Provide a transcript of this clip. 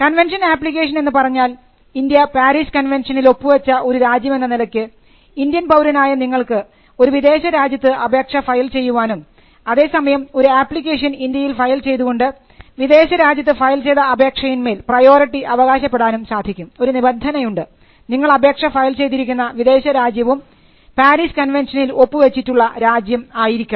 convention application എന്ന് പറഞ്ഞാൽ India Paris കൺവെൻഷനിൽ ഒപ്പുവച്ച ഒരു രാജ്യം എന്ന നിലയ്ക്ക് ഇന്ത്യൻ പൌരനായ നിങ്ങൾക്ക് ഒരു വിദേശരാജ്യത്ത് അപേക്ഷ ഫയൽ ചെയ്യുവാനും അതേസമയം ഒരു അപ്ലിക്കേഷൻ ഇന്ത്യയിൽ ഫയൽ ചെയ്തുകൊണ്ട് വിദേശ രാജ്യത്ത് ഫയൽചെയ്ത അപേക്ഷയിന്മേൽ പ്രയോറിറ്റി അവകാശപ്പെടാനും സാധിക്കും ഒരു നിബന്ധനയുണ്ട് നിങ്ങൾ അപേക്ഷ ഫയൽ ചെയ്തിരിക്കുന്ന വിദേശ രാജ്യവും പാരിസ് കൺവെൻഷനിൽ ഒപ്പുവച്ചിട്ടുള്ള രാജ്യം ആയിരിക്കണം